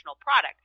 product